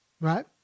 right